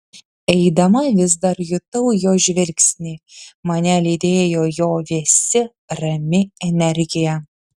eidama vis dar jutau jo žvilgsnį mane lydėjo jo vėsi rami energija